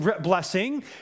blessing